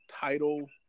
title